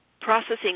processing